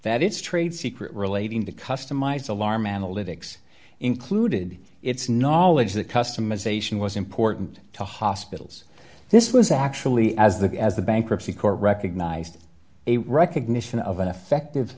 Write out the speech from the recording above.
that it's trade secret relating to customize alarm analytics included it's knowledge that customisation was important to hospitals this was actually as the as the bankruptcy court recognized a recognition of an effective